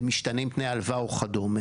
שמשתנים תנאי ההלוואה וכדומה.